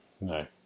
no